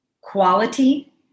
quality